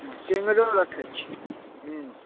आओर टेङ्गरो रखै छियै